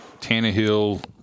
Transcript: Tannehill